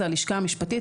הלשכה המשפטית,